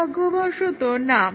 দুর্ভাগ্যবশত না